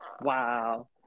Wow